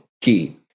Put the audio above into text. key